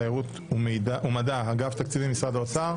תיירות ומדע באגף תקציבים במשרד האוצר.